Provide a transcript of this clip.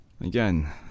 Again